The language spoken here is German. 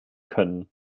können